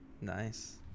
nice